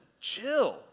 chill